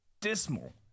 dismal